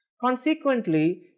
Consequently